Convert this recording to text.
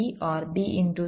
b OR b